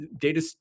data